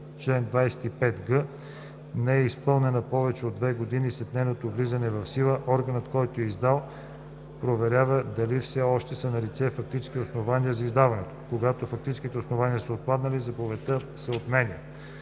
чл. 25г, не е изпълнена повече от две години след нейното влизане в сила, органът, който я е издал, проверява дали все още са налице фактическите основания за издаването. Когато фактическите основания са отпаднали, заповедта се отменя.